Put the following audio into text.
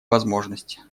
возможности